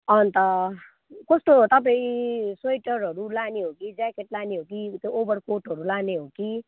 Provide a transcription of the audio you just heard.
अन्त कस्तो तपाईँ स्वेटरहरू लाने हो कि ज्याकेट लाने हो कि त्यो ओभरकोटहरू लाने हो कि